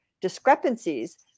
discrepancies